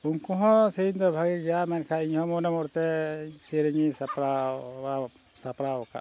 ᱩᱱᱠᱩ ᱦᱚᱸ ᱥᱮᱨᱮᱧ ᱫᱚ ᱵᱷᱟᱜᱤ ᱜᱮᱭᱟ ᱢᱮᱱᱠᱷᱟᱱ ᱤᱧᱦᱚᱸ ᱢᱚᱱᱮ ᱢᱚᱱᱮᱛᱮ ᱥᱮᱨᱮᱧᱤᱧ ᱥᱟᱯᱲᱟᱣ ᱥᱟᱯᱲᱟᱣ ᱟᱠᱟᱫᱟ